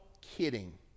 kidding